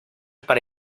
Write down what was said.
para